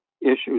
issues